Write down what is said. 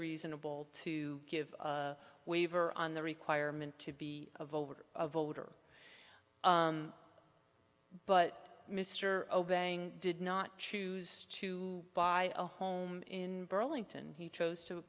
reasonable to give a waiver on the requirement to be of over voter but mr obeying did not choose to buy a home in burlington he chose to